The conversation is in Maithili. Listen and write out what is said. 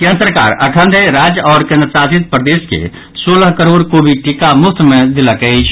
केन्द्र सरकार अखन धरि राज्य आओर केन्द्रशासित प्रदेश के सोलह करोड़ कोविड टीका मुफ्त मे देलक अछि